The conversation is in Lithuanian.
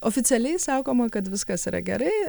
oficialiai sakoma kad viskas yra gerai